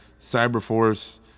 Cyberforce